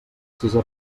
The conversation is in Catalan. sisè